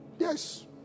Yes